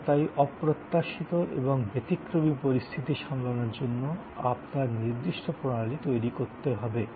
এবং তাই অপ্রত্যাশিত এবং ব্যতিক্রমী পরিস্থিতি সামলানোর জন্য আপনার নির্দিষ্ট প্রণালী তৈরী করতে হবে